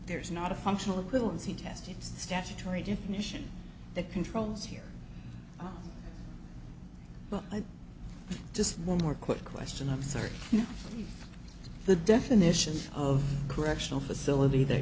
there's not a functional equivalency tested statutory definition that controls here but just one more quick question i'm sorry if the definition of correctional facility that